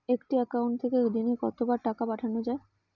একটি একাউন্ট থেকে দিনে কতবার টাকা পাঠানো য়ায়?